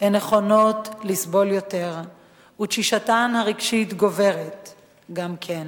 הן נכונות לסבול יותר ותשישותן הרגשית גוברת גם כן.